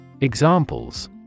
Examples